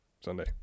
Sunday